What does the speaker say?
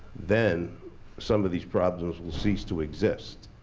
then some of these problems will cease to exist.